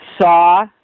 saw